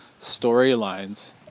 storylines